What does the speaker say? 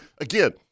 again